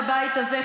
בבית הזה,